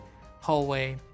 hallway